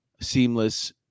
Seamless